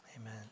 amen